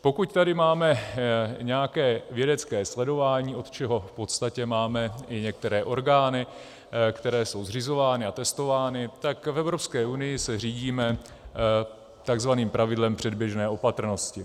Pokud tady máme nějaké vědecké sledování, od čehož máme v podstatě i některé orgány, které jsou zřizovány a testovány, tak v Evropské unii se řídíme takzvaným pravidlem předběžné opatrnosti.